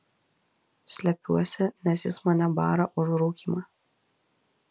slepiuosi nes jis mane bara už rūkymą